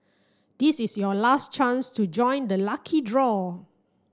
this is your last chance to join the lucky draw